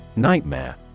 Nightmare